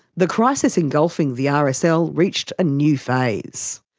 the crisis engulfing the ah rsl reached a new phase.